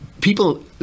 people